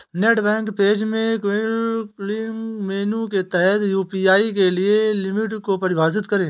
net bank page में quick links menu के तहत यू.पी.आई के लिए लिमिट को परिभाषित करें